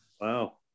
Wow